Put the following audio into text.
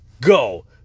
go